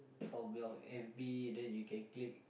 from your F_B then you can click